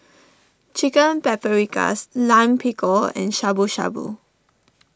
Chicken Paprikas Lime Pickle and Shabu Shabu